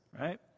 Right